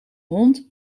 hond